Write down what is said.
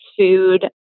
food